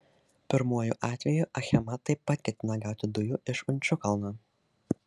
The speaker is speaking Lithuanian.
pirmuoju atveju achema taip pat ketina gauti dujų iš inčukalno